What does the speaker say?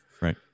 Right